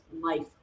Life